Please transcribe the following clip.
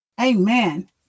Amen